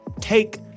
take